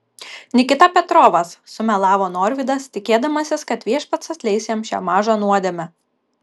nikita petrovas sumelavo norvydas tikėdamasis kad viešpats atleis jam šią mažą nuodėmę